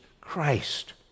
Christ